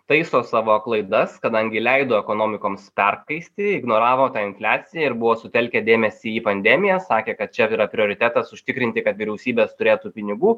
taiso savo klaidas kadangi leido ekonomikoms perkaisti ignoravo tą infliaciją ir buvo sutelkę dėmesį į pandemiją sakė kad čia yra prioritetas užtikrinti kad vyriausybės turėtų pinigų